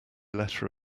letter